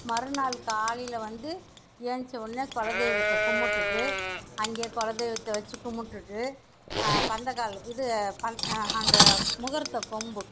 மறுநாள் காலையில் வந்து ஏந்திச்ச ஒடனே குலதெய்வத்த கும்பிட்டுட்டு அங்கே குலதெய்வத்த வச்சு கும்பிட்டுட்டு பந்தக்கால் இது அந்த முகூர்த்தக் கொம்பு